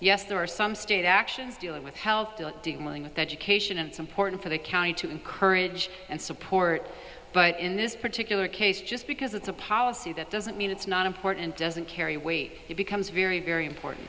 yes there are some state actions dealing with health dealing with education and some porton for the county to encourage and support but in this particular case just because it's a policy that doesn't mean it's not important doesn't carry weight it becomes very very important